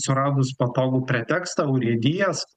suradus patogų pretekstą urėdijas